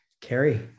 Carrie